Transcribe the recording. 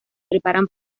preparan